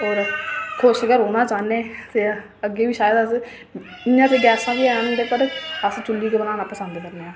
होर खुश गै रौह्ना चाह्न्ने फिर अग्गें बी शायद अस इं'या ते गैसां बी हैन पर अस चु'ल्ली गै बनाना पसंद करने